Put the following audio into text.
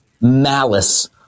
malice